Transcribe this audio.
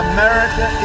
America